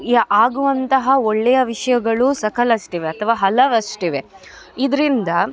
ಈಗ ಆಗುವಂತಹ ಒಳ್ಳೆಯ ವಿಷಯಗಳು ಸಕಲಷ್ಟಿವೆ ಅಥವಾ ಹಲವಷ್ಟಿವೆ ಇದರಿಂದ